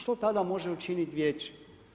Što tada može učiniti vijeće?